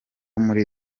muri